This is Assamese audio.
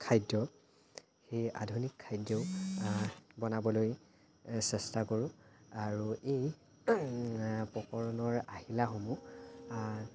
খাদ্য সেই আধুনিক খাদ্যও বনাবলৈ চেষ্টা কৰোঁ আৰু এই প্ৰকৰণৰ আহিলাসমূহ